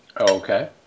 Okay